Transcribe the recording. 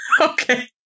Okay